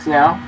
now